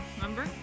remember